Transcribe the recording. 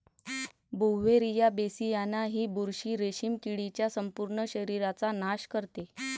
Beauveria bassiana ही बुरशी रेशीम किडीच्या संपूर्ण शरीराचा नाश करते